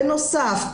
בנוסף,